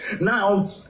Now